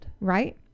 right